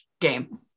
game